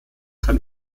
kann